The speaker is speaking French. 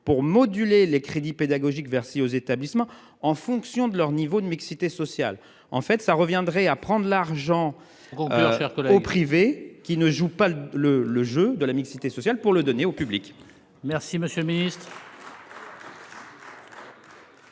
pour moduler les crédits pédagogiques versés aux établissements en fonction de leur niveau de mixité sociale en fait ça reviendrait à prendre l'argent au leur faire que privé qui ne jouent pas le le jeu de la mixité sociale, pour le donner au public. Merci monsieur Ministre.